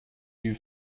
you